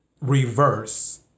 reverse